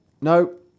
No